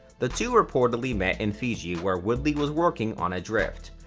the two reportedly met in fiji where woodley was working on adrift.